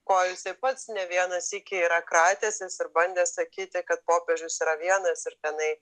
ko jis pats ne vieną sykį yra kratęsis ir bandęs sakyti kad popiežius yra vienas ir tenai